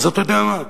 אז אתה יודע מה?